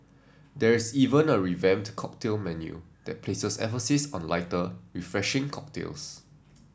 there's even a revamped cocktail menu that places emphasis on lighter refreshing cocktails